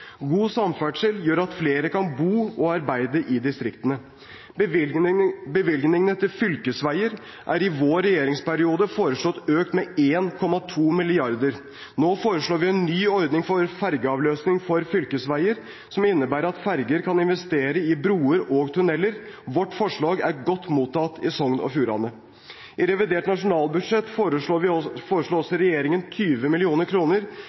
God samferdsel gjør at flere kan bo og arbeide i distriktene. Bevilgningene til fylkesveier er i vår regjeringsperiode foreslått økt med 1,2 mrd. kr. Nå foreslår vi en ny ordning for fergeavløsning for fylkesveier, som innebærer at fergepenger kan investeres i broer og tunneler. Vårt forslag er godt mottatt i Sogn og Fjordane. I revidert nasjonalbudsjett foreslår også regjeringen 20